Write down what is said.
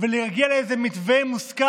ולהגיע למתווה מושכל.